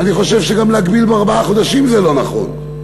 ואני חושב שגם להגביל בארבעה חודשים זה לא נכון.